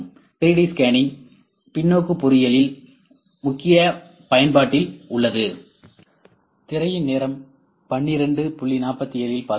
3D scanning தலைகீழ் பொறியியலில் முக்கிய பயன்பாட்டில் உள்ளது